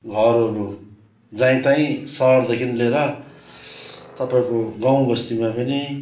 घरहरू जहीँतहीँ सहरदेखि लिएर तपाईँको गाउँबस्तीमा पनि